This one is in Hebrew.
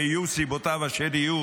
ויהיו סיבותיו אשר יהיו,